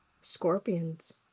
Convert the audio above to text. Scorpions